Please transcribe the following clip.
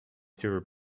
tour